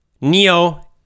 Neo